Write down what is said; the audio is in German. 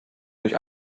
durch